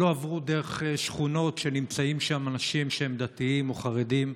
לא עברו דרך שכונות שנמצאים שם אנשים שהם דתיים או חרדים.